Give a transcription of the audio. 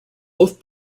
both